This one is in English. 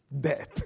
Death